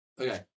Okay